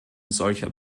solcher